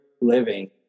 living